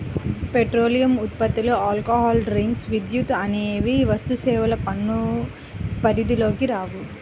petroleum ఉత్పత్తులు, alcohol drinks, విద్యుత్ అనేవి వస్తుసేవల పన్ను పరిధిలోకి రావు